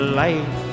life